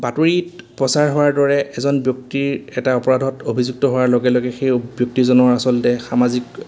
বাতৰিত প্ৰচাৰ হোৱাৰ দৰে এজন ব্যক্তিৰ এটা অপৰাধত অভিযুক্ত হোৱাৰ লগে লগে সেই ব্যক্তিজনৰ আচলতে সামাজিক